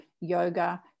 yoga